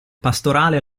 pastorale